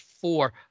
four